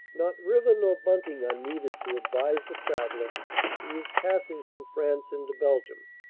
not river nor bunting are needed to advise the traveller he is passing from france into belgium.